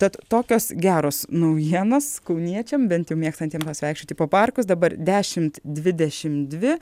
tad tokios geros naujienos kauniečiam bent jau mėgstantiem pasivaikščioti po parkus dabar dešimt dvidešim dvi